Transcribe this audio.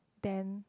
then